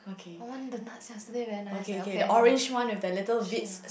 I want the nuts yesterday very nice eh okay anyway